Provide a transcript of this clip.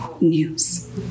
news